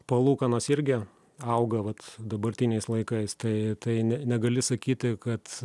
palūkanos irgi auga vat dabartiniais laikais tai tai ne negali sakyti kad